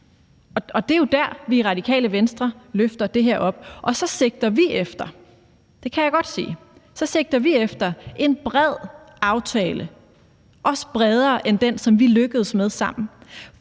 Det er jo der, vi i Radikale Venstre løfter det her op. Og så sigter vi efter – det kan jeg godt sige – en bred aftale, også bredere end den, som vi lykkedes med at